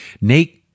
Nate